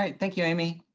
um thank you, amy.